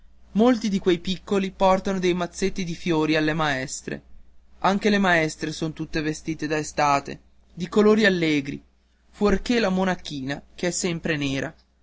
molti di quei piccoli portano dei mazzetti di fiori alle maestre anche le maestre son tutte vestite da estate di colori allegri fuorché la monachina che è sempre nera